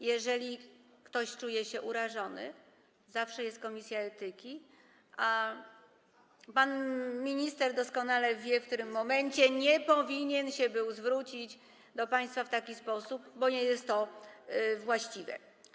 Jeżeli ktoś czuje się urażony, zawsze jest komisja etyki, a pan minister doskonale wie, w którym momencie nie powinien się był zwrócić do państwa w taki sposób, bo nie jest to właściwe.